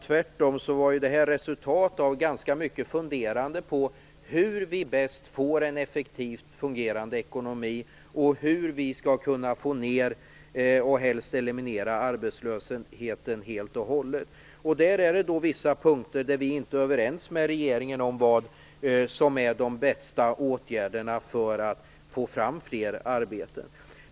Tvärtom var det här resultatet av ganska mycket funderande över hur vi bäst får en effektivt fungerande ekonomi och hur vi skall kunna få ner arbetslösheten och helst eliminera den helt och hållet. Där finns det vissa punkter där vi inte är överens med regeringen om vilka åtgärder som är bäst när det gäller att få fram fler arbeten.